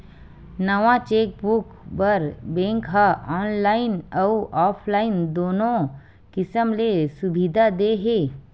नवा चेकबूक बर बेंक ह ऑनलाईन अउ ऑफलाईन दुनो किसम ले सुबिधा दे हे